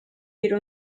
bir